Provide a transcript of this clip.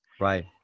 Right